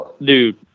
Dude